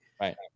Right